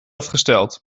afgesteld